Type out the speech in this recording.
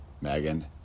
Megan